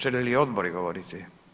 Žele li odbori govoriti?